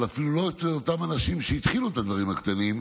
אפילו לא אצל אותם אנשים שהתחילו את הדברים הקטנים,